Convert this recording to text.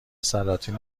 سلاطین